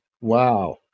Wow